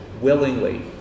willingly